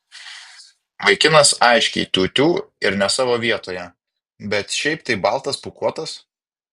vaikinas aiškiai tiū tiū ir ne savo vietoje bet šiaip tai baltas pūkuotas